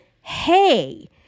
Hey